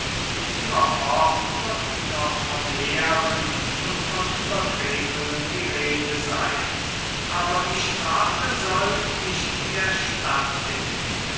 und immerfort wird noch von lehren und von übertretungen die rede sein aber die strafe soll nicht mehr stattfinden